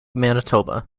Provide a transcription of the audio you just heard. manitoba